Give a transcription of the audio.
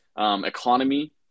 economy